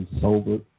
sober